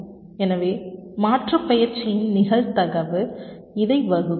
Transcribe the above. எனவே மாற்றுப்பெயர்ச்சியின் நிகழ்தகவு இதை வகுக்கும்